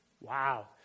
Wow